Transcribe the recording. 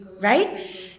right